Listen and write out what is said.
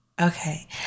Okay